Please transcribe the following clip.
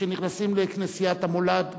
שכשנכנסים לכנסיית המולד מתכופפים,